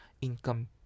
income